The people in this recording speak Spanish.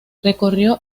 recorrió